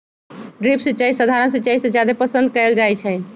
drip सिंचाई सधारण सिंचाई से जादे पसंद कएल जाई छई